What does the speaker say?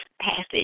passage